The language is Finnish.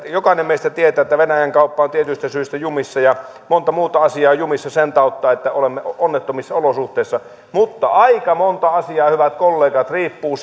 jokainen meistä tietää että venäjän kauppa on tietyistä syistä jumissa ja monta muuta asiaa on jumissa sen tautta että olemme onnettomissa olosuhteissa mutta aika monta asiaa hyvät kollegat riippuu